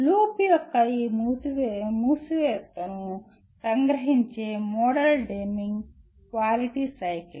loop యొక్క ఈ మూసివేతను సంగ్రహించే మోడల్ డెమింగ్ క్వాలిటీ సైకిల్